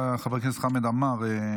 חבר הכנסת חמד עמאר,